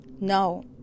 No